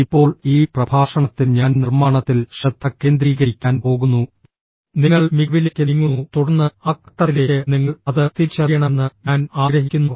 ഇപ്പോൾ ഈ പ്രഭാഷണത്തിൽ ഞാൻ നിർമ്മാണത്തിൽ ശ്രദ്ധ കേന്ദ്രീകരിക്കാൻ പോകുന്നു നിങ്ങൾ മികവിലേക്ക് നീങ്ങുന്നു തുടർന്ന് ആ ഘട്ടത്തിലേക്ക് നിങ്ങൾ അത് തിരിച്ചറിയണമെന്ന് ഞാൻ ആഗ്രഹിക്കുന്നു